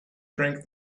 drank